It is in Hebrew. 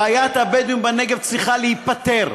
בעיית הבדואים בנגב צריכה להיפתר,